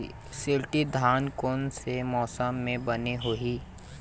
शिल्टी धान कोन से मौसम मे बने होही?